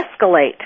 escalate